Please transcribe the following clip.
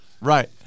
Right